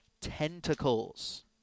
Tentacles